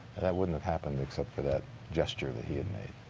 wouldn't have happened except for that gesture that he had made.